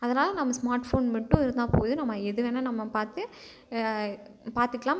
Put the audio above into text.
அதனால் நம்ம smart phone மட்டும் இருந்தால் போதும் நம்ம எது வேணால் நம்ம பார்த்து பார்த்துக்கலாம்